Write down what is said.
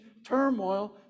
turmoil